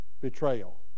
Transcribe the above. betrayal